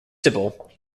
sybil